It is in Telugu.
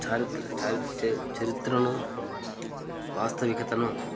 చారిత్ర చ చరి చరిత్రను వాస్తవికతను